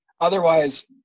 otherwise